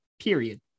Period